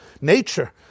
nature